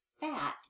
fat